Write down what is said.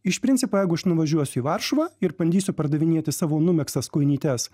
iš principo jeigu aš nuvažiuosiu į varšuvą ir bandysiu pardavinėti savo numegztas kojinytes